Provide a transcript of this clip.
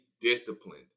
disciplined